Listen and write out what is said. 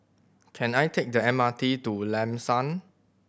can I take the M R T to Lam San